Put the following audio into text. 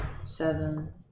Seven